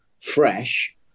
fresh